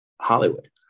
Hollywood